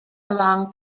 along